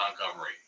Montgomery